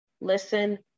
listen